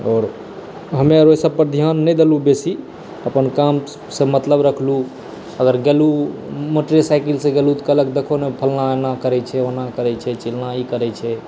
आओर हमे ओकर ओहिसभ पर विशेष ध्यान नहि देलहुँ बेसी अपन काम से मतलब रखलहुँ अगर गेलहुँ मोटरसाइकिल से गेलहुँ तऽ कहलक फलना एना करै छै चिलना ई करै छै